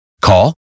Call